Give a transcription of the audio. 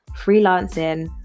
freelancing